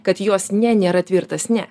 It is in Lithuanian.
kad jos ne nėra tvirtas ne